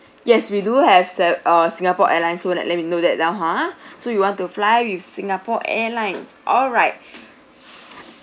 yes we do have se~ err Singapore Airlines would let let me note that down ha so you want to fly with Singapore Airlines alright